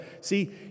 See